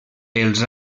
els